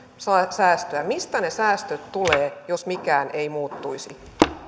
säästöä mistä ne säästöt tulevat jos mikään ei muuttuisi